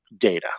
data